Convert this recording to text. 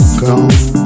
gone